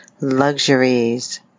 Luxuries